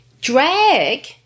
drag